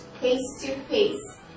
face-to-face